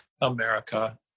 America